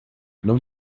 não